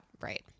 Right